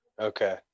okay